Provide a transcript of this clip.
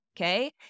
okay